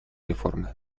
реформы